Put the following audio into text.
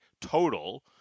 total